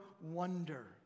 wonder